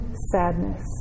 sadness